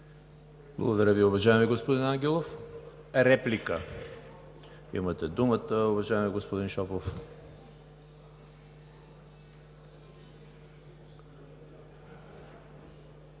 Благодаря Ви, уважаеми господин Ангелов. Реплика? Имате думата, уважаеми господин Шопов.